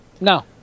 No